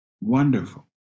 Wonderful